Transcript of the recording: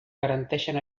garanteixen